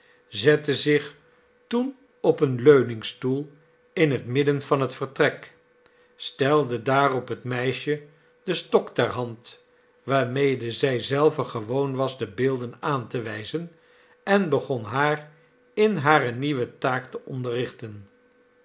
zette zich toen op een leuningstoel in het midden van het vertrek stelde daarop het meisje den stok ter hand waarmede zij zelve gewoon was de beelden aan te wijzen en begon haar in hare nieuwe taak te